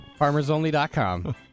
FarmersOnly.com